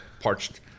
parched